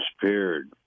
disappeared